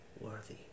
worthy